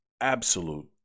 absolute